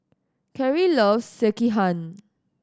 Carry loves Sekihan